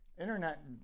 Internet